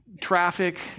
traffic